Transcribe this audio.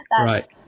Right